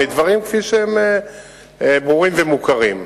מדברים שהם ברורים ומוכרים.